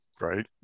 right